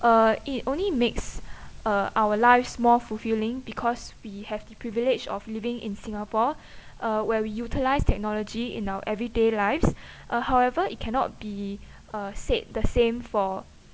uh it only makes uh our lives more fulfilling because we have the privilege of living in singapore uh where we utilise technology in our everyday lives uh however it cannot be uh said the same for